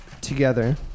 together